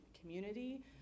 community